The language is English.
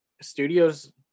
studios